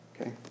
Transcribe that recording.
Okay